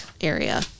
area